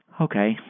Okay